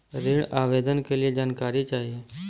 ऋण आवेदन के लिए जानकारी चाही?